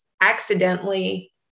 accidentally